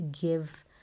give